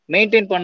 Maintain